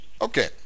Okay